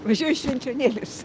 važiuoju į švenčionėlius